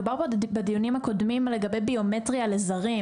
דובר פה בדיונים הקודמים לגבי ביומטריה לזרים.